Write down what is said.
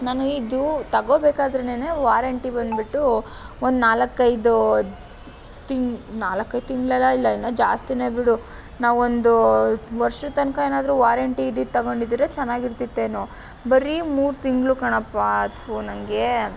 ನಾನ ಇದು ತಗೋಬೇಕಾದ್ರೆನೆ ವಾರಂಟಿ ಬಂದುಬಿಟ್ಟು ಒಂದು ನಾಲ್ಕೈದು ತಿಂಗ್ ನಾಲ್ಕೈದು ತಿಂಗ್ಳಯೆಲ್ಲ ಜಾಸ್ತಿಯೇ ಬಿಡು ನಾವೊಂದು ವರ್ಷದ ತನ್ಕನಾದ್ರು ವಾರಂಟಿ ಇದ್ದಿದ್ದು ತಗೊಂಡಿದ್ರೆ ಚೆನ್ನಾಗಿರ್ತಿತ್ತೇನೋ ಬರೀ ಮೂರು ತಿಂಗಳು ಕಣಪ್ಪ ಥೂ ನನಗೆ